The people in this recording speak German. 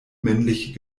männliche